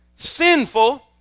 sinful